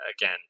again